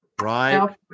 right